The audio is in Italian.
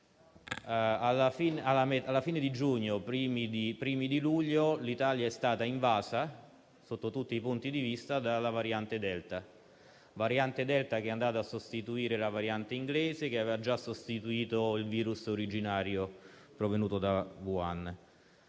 la fine di giugno e i primi di luglio l'Italia è stata invasa - sotto tutti i punti di vista - dalla variante delta; una variante che è andata a sostituire la variante inglese, che a sua volta aveva sostituito il virus originario provenuto da Wuhan;